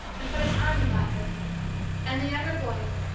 and put his arm about her and the younger boys,